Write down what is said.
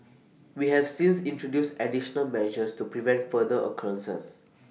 we have since introduced additional measures to prevent future occurrences